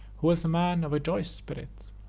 who was a man of a choice spirit,